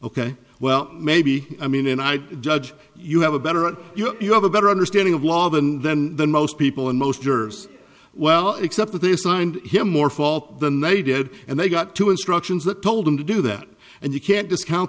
ok well maybe i mean i judge you have a better you know you have a better understanding of law than then than most people and most jurors well except that they assigned him more fault than they did and they got two instructions that told him to do that and you can't discount